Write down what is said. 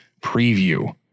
preview